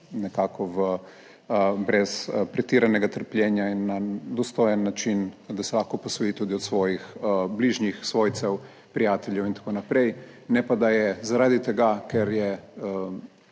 nekako brez pretiranega trpljenja in na dostojen način, da se lahko posloji tudi od svojih bližnjih, svojcev, prijateljev in tako naprej, ne pa, da je zaradi tega, ker je